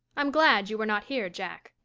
i'm glad you were not here, jack.